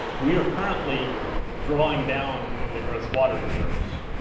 we are currently drawing down on the earth's water reserves.